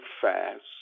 fast